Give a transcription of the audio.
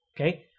okay